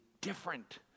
different